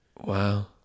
wow